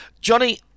Johnny